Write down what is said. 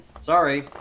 Sorry